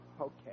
Okay